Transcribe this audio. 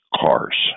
cars